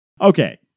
Okay